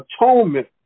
atonement